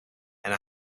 and